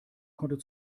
konnte